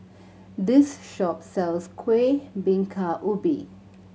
this shop sells Kuih Bingka Ubi